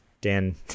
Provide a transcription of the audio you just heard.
Dan